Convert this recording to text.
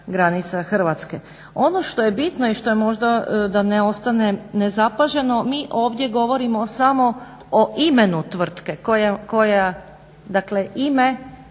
Hrvatske. Ono što je bitno i što je možda da ne ostane nezapaženo, mi ovdje govorimo samo o imenu tvrtku koja dakle ime,